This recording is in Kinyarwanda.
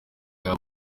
baba